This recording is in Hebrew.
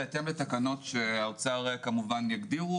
בהתאם לתקנות שהאוצר כמובן יגדירו,